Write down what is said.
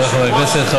חבריי חברי הכנסת,